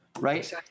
right